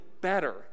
better